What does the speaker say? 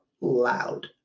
loud